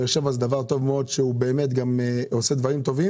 באר שבע זה דבר טוב מאוד והוא עושה דברים טובים